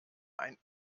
ein